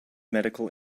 medical